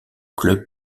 club